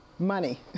Money